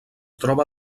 troba